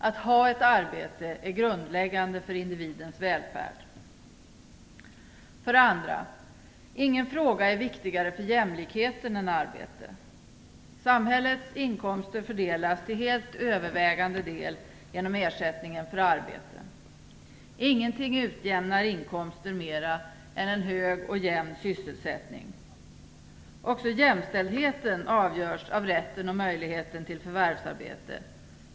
Att ha ett arbete är grundläggande för individens välfärd. För det andra: Ingen fråga är viktigare för jämlikheten än arbetet. Samhällets inkomster fördelas till helt övervägande del genom ersättningen för arbete. Ingenting utjämnar inkomster mera än en hög och jämn sysselsättning. Också jämställdheten avgörs av rätten och möjligheten till förvärvsarbete.